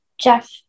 Jeff